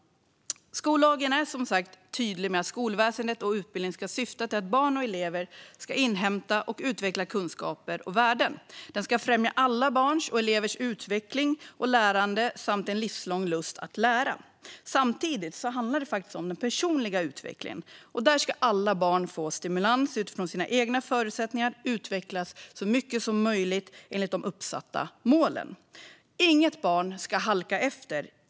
Skollagen är som sagt tydlig med att skolväsendet och utbildningen ska syfta till att barn och elever ska inhämta och utveckla kunskaper och värden. Skolan ska främja alla barns och elever utveckling och lärande samt en livslång lust att lära. Samtidigt handlar det om den personliga utvecklingen. Där ska alla barn få stimulans utifrån sina egna förutsättningar och utvecklas så mycket som möjligt enligt de uppsatta målen. Inget barn ska halka efter.